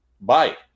bye